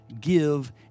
give